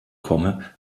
komme